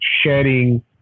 sharing